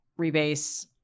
rebase